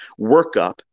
workup